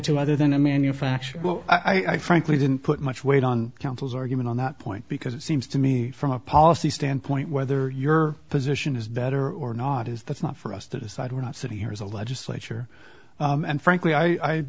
to other than a manufacturer i frankly didn't put much weight on counsel's argument on that point because it seems to me from a policy standpoint whether your position is better or not is that's not for us to decide we're not sitting here as a legislature and frankly i